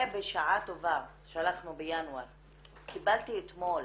בשעה טובה שלחנו קיבלתי אתמול